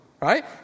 right